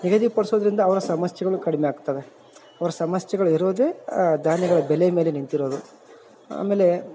ನಿಗದಿ ಪಡಿಸೋದ್ರಿಂದ ಅವರ ಸಮಸ್ಯೆಗಳು ಕಡಿಮೆ ಆಗ್ತವೆ ಅವ್ರ ಸಮಸ್ಯೆಗಳು ಇರೋದೆ ಧಾನ್ಯಗಳ ಬೆಲೆ ಮೇಲೆ ನಿಂತಿರೋದು ಆಮೇಲೆ